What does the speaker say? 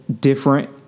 different